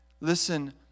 Listen